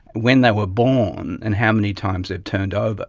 when they were born and how many times they've turned ah but